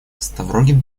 ставрогин